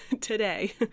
today